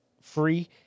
free